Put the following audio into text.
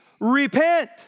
repent